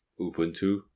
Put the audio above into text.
Ubuntu